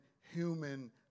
human